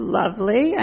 lovely